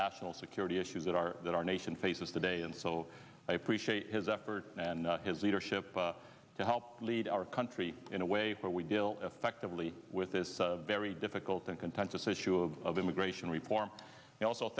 national security issues that our that our nation faces today and so i appreciate his effort and his leadership to help lead our country in a way where we deal effectively with this very difficult and contentious issue of of immigration reform and also